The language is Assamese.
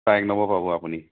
অঁ এক নম্বৰ পাব আপুনি